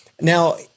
Now